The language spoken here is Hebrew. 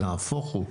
נהפוך הוא,